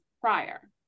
prior